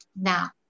Now